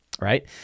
right